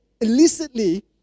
illicitly